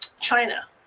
China